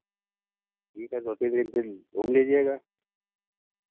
ठीक है दो तीन दिन फिर घूम लीजिएगा